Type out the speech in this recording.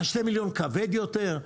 ה-2 מיליון כבד יותר?